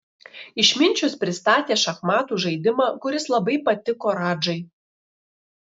išminčius pristatė šachmatų žaidimą kuris labai patiko radžai